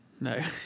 No